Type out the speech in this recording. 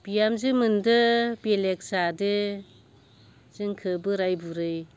बिहामजो मोनदो बेलेक जादो जोंखो बोराय बुरै